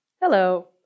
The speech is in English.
Hello